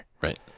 Right